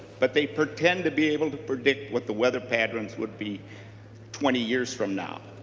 but they pretend to be able to predict what the weather patterns will be twenty years from now.